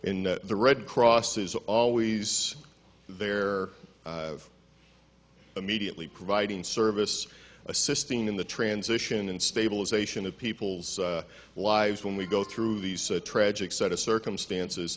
in the red cross is always there i have immediately providing service assisting in the transition and stabilization of people's lives when we go through these tragic set of circumstances